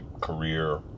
career